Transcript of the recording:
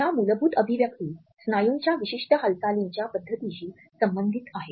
ह्या मूलभूत अभिव्यक्ति स्नायूंच्या विशिष्ट हालचालींच्या पद्धतींशी संबंधित आहेत